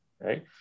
right